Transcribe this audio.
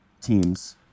teams